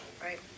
Right